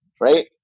right